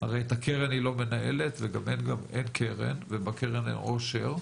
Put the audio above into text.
הרי את הקרן היא לא מנהלת וגם אין קרן ובקרן אין עושר,